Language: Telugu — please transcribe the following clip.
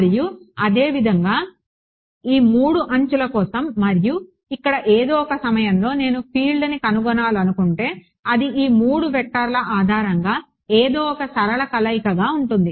మరియు అదేవిధంగా ఈ 3 అంచుల కోసం మరియు ఇక్కడ ఏదో ఒక సమయంలో నేను ఫీల్డ్ను కనుగొనాలనుకుంటే అది ఈ 3 వెక్టర్ల ఆధారంగా ఏదో ఒక సరళ కలయికగా ఉంటుంది